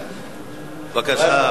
בבקשה.